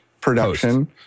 production